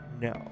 no